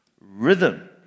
Rhythm